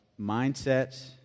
mindsets